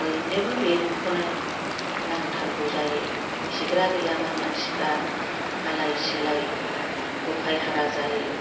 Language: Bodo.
बयनोबो बे न'खौनो नांथारगोै जायो खिग्रा गैयाबा मानसिफ्रा आलाइ सिलाइ उफाय हारा जायो